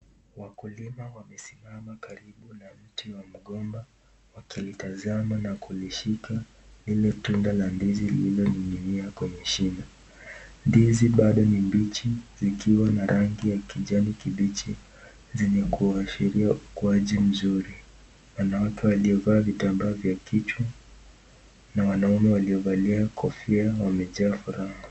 Wakulima wamesimama karibu na mti wa mgomba wakilitazama na kulishika ile la tunda la ndizi lililo ninginia kwenye shimo. Ndizi bado ni mbichi likiwa na rangi la kijani kibichi zenye kuashiria ukuaji mzuri. Wanawake waliovaa vitambaa vya kichwa na wanaume waliovalia kofia wamejaa furaha.